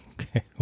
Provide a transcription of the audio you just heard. okay